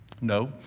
No